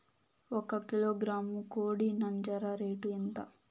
ఒక కిలోగ్రాము కోడి నంజర రేటు ఎంత?